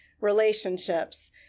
relationships